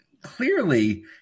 Clearly